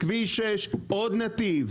כביש 6, עוד נתיב.